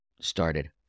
started